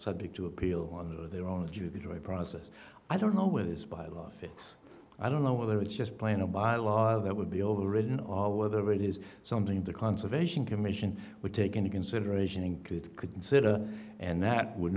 subject to appeal on their own judicial process i don't know where this bylaws fit i don't know whether it's just plain a bylaws that would be overridden or whether it is something the conservation commission would take into consideration and could consider and that would